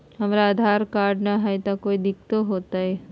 हमरा आधार कार्ड न हय, तो कोइ दिकतो हो तय?